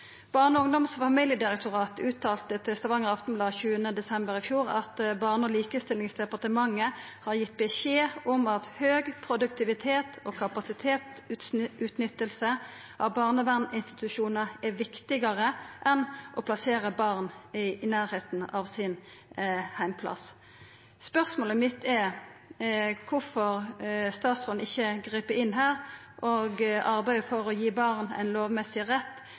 Barne-, ungdoms- og familiedirektoratet uttalte til Stavanger Aftenblad 20. desember i fjor at Barne- og likestillingsdepartementet har gitt beskjed om at høg produktivitet og kapasitetsutnytting av barnevernsinstitusjonar er viktigare enn å plassera barn i nærleiken av heimplassen. Spørsmålet mitt er kvifor statsråden ikkje grip inn her og arbeider for å gi barn ein lovmessig rett